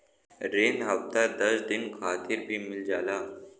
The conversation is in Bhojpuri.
रिन हफ्ता दस दिन खातिर भी मिल जाला